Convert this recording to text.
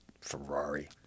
Ferrari